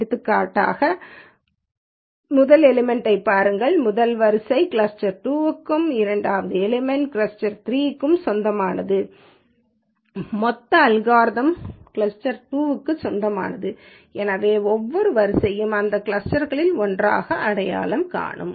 எடுத்துக்காட்டாக முதல் எலிமெண்ட்டை பாருங்கள் முதல் வரிசை கிளஸ்டர் 2 க்கும் இரண்டாவது எலிமெண்ட் கிளஸ்டர் 3 க்கும் சொந்தமானது மொத்த அல்காரிதம்கள் கிளஸ்டர் 2 க்கு சொந்தமானது எனவே ஒவ்வொரு வரிசையையும் இந்த கிளஸ்டர்களில் ஒன்றாக அடையாளம் காணும்